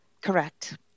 Correct